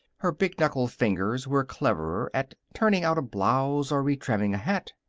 her big-knuckled fingers were cleverer at turning out a blouse or retrimming a hat.